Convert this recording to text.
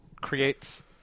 creates